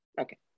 Okay